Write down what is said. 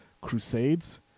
Crusades